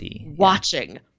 watching